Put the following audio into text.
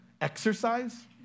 exercise